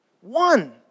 One